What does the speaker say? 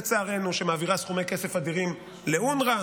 שלצערנו מעבירה סכומי כסף אדירים לאונר"א